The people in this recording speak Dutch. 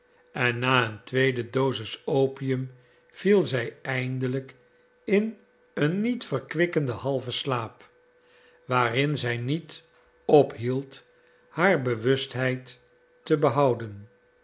en na een tweede dosis opium viel zij eindelijk in een niet verkwikkenden halven slaap waarin zij niet ophield haar bewustheid te behouden